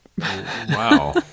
Wow